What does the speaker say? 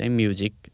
music